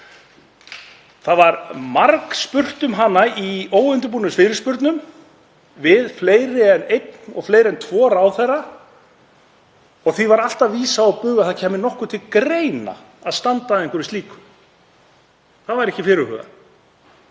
Það var margspurt um hana í óundirbúnum fyrirspurnum við fleiri en einn og fleiri en tvo ráðherra og því var alltaf vísað á bug að til greina kæmi að standa að einhverju slíku. Það væri ekki fyrirhugað.